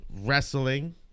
wrestling